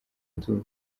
tout